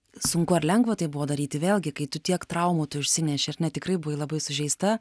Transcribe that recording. sunku ar lengva tai buvo daryti vėlgi kai tu tiek traumų tu išsineši ar ne tikrai buvai labai sužeista